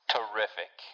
Terrific